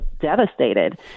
devastated